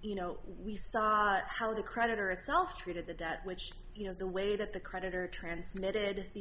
you know we saw how the creditor itself treated the debt which you know the way that the creditor transmitted the